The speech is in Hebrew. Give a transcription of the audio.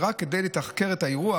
זה רק כדי לתחקר את האירוע,